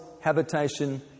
habitation